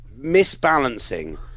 misbalancing